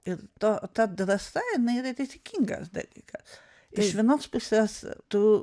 ir to ta drąsa jinai yra rizikingas dalykas iš vienos pusės tu